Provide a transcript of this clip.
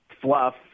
fluff